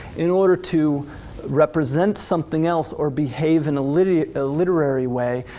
in order to represent something else or behave in a literary ah literary way,